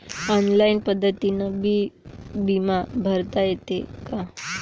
Online पद्धतीनं बी बिमा भरता येते का?